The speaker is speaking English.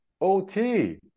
ot